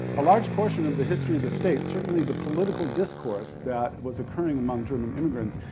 a large portion of the history of the state, certainly the political discourse that was occurring among german immigrants,